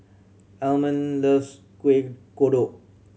Almon loves Kuih Kodok